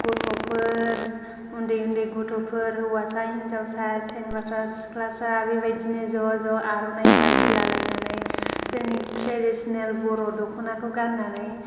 गथ'फोर उन्दै उन्दै गथ'फोर हौवासा हिन्जावसा सेंग्रासा सिख्लासा बेबायदिनो ज' ज' आर'नाइ फालि लालायनानै जोंनि ट्रेडिशनेल बर' दख'नाखौ गाननानै